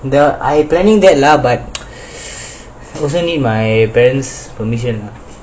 I planning to get ah but also need my parents' permission ah